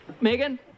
Megan